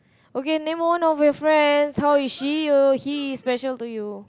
okay name of your friends how is she or he special to you